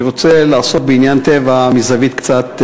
אני רוצה לעסוק בעניין "טבע" מזווית קצת,